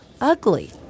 ugly